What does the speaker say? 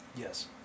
Yes